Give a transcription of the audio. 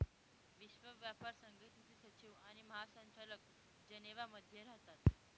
विश्व व्यापार संघटनेचे सचिव आणि महासंचालक जनेवा मध्ये राहतात